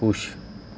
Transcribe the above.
ਖੁਸ਼